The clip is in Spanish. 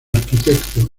arquitecto